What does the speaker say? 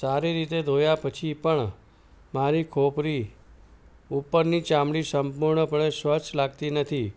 સારી રીતે ધોયા પછી પણ મારી ખોપરી ઉપરની ચામડી સંપૂર્ણપણે સ્વચ્છ લાગતી નથી